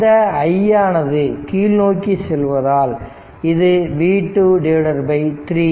இந்த i ஆனது கீழ்நோக்கி செல்வதால் இது v 2 3